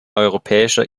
europäischer